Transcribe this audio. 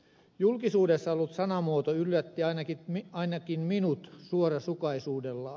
julkisuudessa ollut sanamuoto yllätti ainakin minut suorasukaisuudellaan